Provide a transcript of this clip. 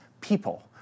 people